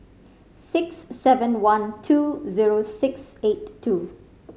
six seven one two zero six eight two